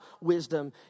wisdom